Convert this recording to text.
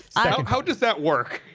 how does that work?